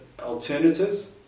alternatives